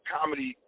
Comedy